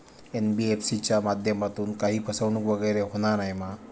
NBFC च्या माध्यमातून काही फसवणूक वगैरे होना नाय मा?